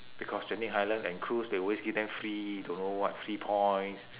because genting highland and cruise they always give them free don't know what free points